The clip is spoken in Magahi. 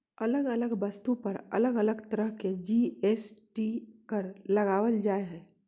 अलग अलग वस्तु पर अलग अलग तरह के जी.एस.टी कर लगावल जा हय